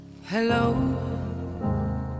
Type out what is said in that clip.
Hello